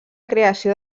creació